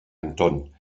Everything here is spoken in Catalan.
anton